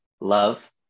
love